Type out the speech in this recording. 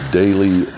daily